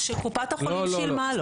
לא, שקופת החולים שילמה לו.